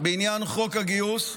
בעניין חוק הגיוס,